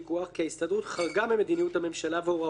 ההסתדרות חרגה ממדיניות הממשלה והוראותיה,